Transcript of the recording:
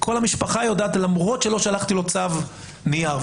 כל המשפחה יודעת, למרות שלא שלחתי לו צו נייר.